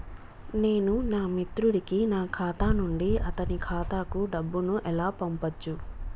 నేను నా మిత్రుడి కి నా ఖాతా నుండి అతని ఖాతా కు డబ్బు ను ఎలా పంపచ్చు?